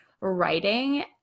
writing